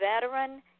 veteran